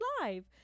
live